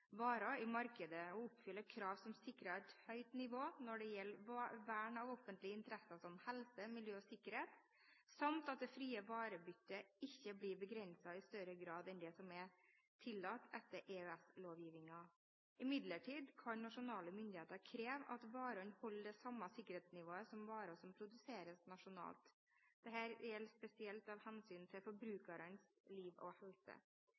varer i markedet oppfyller krav som sikrer et høyt nivå når det gjelder vern av offentlige interesser som helse, miljø og sikkerhet, samt at det frie varebyttet ikke blir begrenset i større grad enn det som er tillatt etter EØS-lovgivningen. Imidlertid kan nasjonale myndigheter kreve at varene holder det samme sikkerhetsnivået som varer som produseres nasjonalt. Dette gjelder spesielt av hensyn til forbrukernes liv og helse.